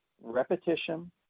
repetition